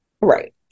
Right